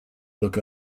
look